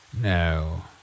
No